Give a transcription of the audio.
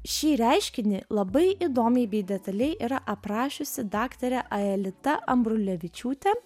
šį reiškinį labai įdomiai bei detaliai yra aprašiusi daktarė aelita ambrulevičiūtė